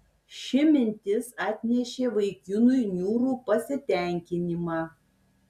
ši mintis atnešė vaikinui niūrų pasitenkinimą